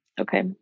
Okay